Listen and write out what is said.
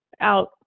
out